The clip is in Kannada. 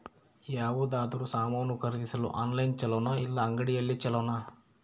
ಯಾವುದಾದರೂ ಸಾಮಾನು ಖರೇದಿಸಲು ಆನ್ಲೈನ್ ಛೊಲೊನಾ ಇಲ್ಲ ಅಂಗಡಿಯಲ್ಲಿ ಛೊಲೊನಾ?